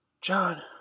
John